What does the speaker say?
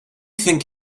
think